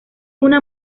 una